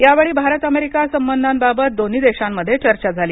यावेळी भारत अमेरिका संबंधा बाबत दोन्ही नेत्यांमध्ये चर्चा झाली